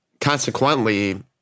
consequently